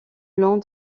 long